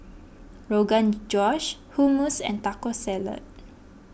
Rogan Josh Hummus and Taco Salad